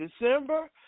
December